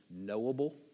knowable